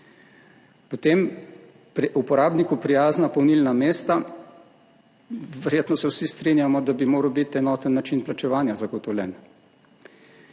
uporabniku prijazna polnilna mesta, verjetno se vsi strinjamo, da bi moral biti enoten način plačevanja zagotovljen.